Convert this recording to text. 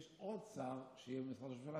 ויש עוד שר שיהיה במשרד ראש הממשלה,